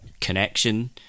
connection